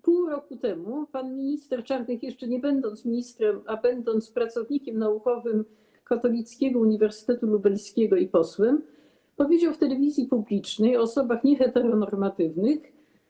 Pół roku temu pan minister Czarnek, jeszcze nie będąc ministrem, a będąc pracownikiem naukowym Katolickiego Uniwersytetu Lubelskiego i posłem, powiedział w telewizji publicznej o osobach nieheteronormatywnych: